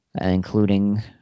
including